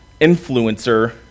influencer